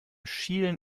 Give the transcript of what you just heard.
schielen